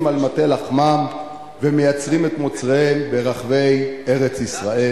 על מטה לחמם ומייצרים את מוצריהם ברחבי ארץ-ישראל.